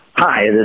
Hi